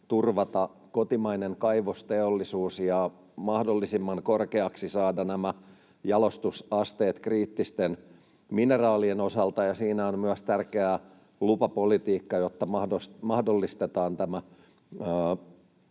turvata kotimainen kaivosteollisuus ja saada mahdollisimman korkeaksi nämä jalostusasteet kriittisten mineraalien osalta. Siinä on tärkeää myös lupapolitiikka, jotta mahdollistetaan